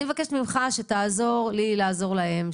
אני מבקשת ממך שתעזור לי לעזור להם,